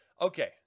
Okay